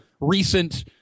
recent